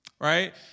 Right